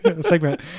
segment